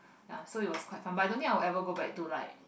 ya so it was quite fun but I don't think I will go back to like